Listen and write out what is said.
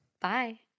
Bye